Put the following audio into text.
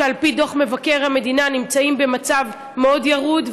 שעל-פי דוח מבקר המדינה נמצאים במצב ירוד מאוד,